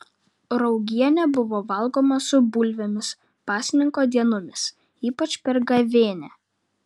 raugienė buvo valgoma su bulvėmis pasninko dienomis ypač per gavėnią